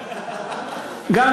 כן.